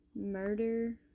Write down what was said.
murder